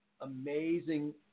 amazing